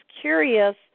curious